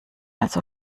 also